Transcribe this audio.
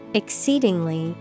exceedingly